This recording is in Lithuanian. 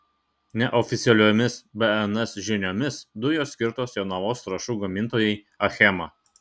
neoficialiomis bns žiniomis dujos skirtos jonavos trąšų gamintojai achema